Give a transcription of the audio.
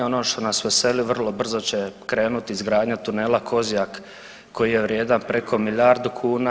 Ono što nas veseli, vrlo brzo će krenuti izgradnja tunela Kozjak koji je vrijedan preko milijardu kuna.